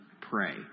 pray